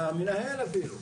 אפילו למנהל.